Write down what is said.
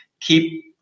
keep